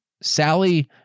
Sally